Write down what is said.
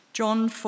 John